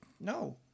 No